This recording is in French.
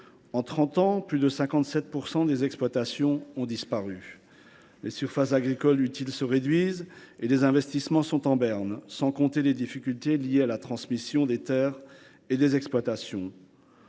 En trente ans, plus de 57 % des exploitations ont disparu. La surface agricole utile s’amenuise et les investissements sont en berne, sans compter les difficultés liées à la transmission des terres et des exploitations.